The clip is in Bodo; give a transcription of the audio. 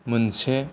मोनसे